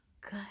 good